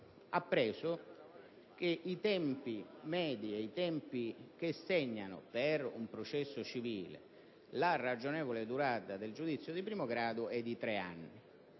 appreso che i tempi medi e i tempi che segnano, per un processo civile, la ragionevole durata del giudizio di primo grado prevedono tre anni.